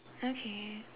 okay